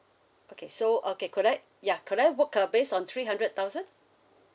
okay so okay could I ya could I work uh based on three hundred thousand